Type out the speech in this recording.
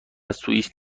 سوئیس